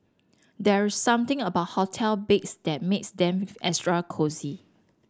there something about hotel beds that makes them extra cosy